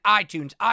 iTunes